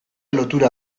lotura